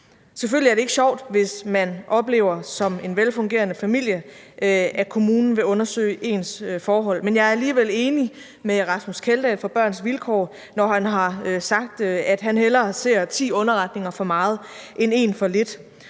Selvfølgelig er det ikke sjovt, hvis man som en velfungerende familier oplever, at kommunen vil undersøge ens forhold, men jeg er alligevel enig med Rasmus Kjeldahl fra Børns Vilkår, når han siger, at han hellere ser ti underretninger for meget end en for lidt.